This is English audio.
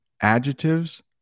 adjectives